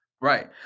Right